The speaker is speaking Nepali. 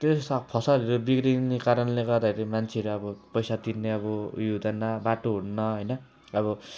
त्यो सब फसलहरू बिग्रिने कारणले गर्दाखेरि मान्छेहरू अब पैसा तिर्ने अब उयो हुँदैन बाटो हुन्न होइन अब